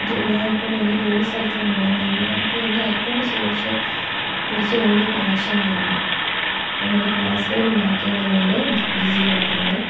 ഞാൻ ഇപ്പോൾ എൻ്റെ ജോലിസ്ഥലത്താണുള്ളത് അനേ അപ്പം എൻ്റെ അക്കൗണ്ട് സുരക്ഷയേ കുറിച്ച് എനിക്കൊരു ആശങ്കയുണ്ട് അപ്പോൾ എൻ്റെ പാസ്സ്വേർഡ് മാറ്റേണ്ടതുണ്ട് ഡിജി ലോക്കറിൻ്റെ